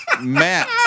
Matt